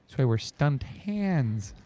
they were stunt hands.